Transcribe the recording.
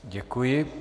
Děkuji.